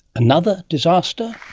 another disaster?